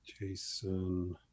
Jason